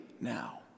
now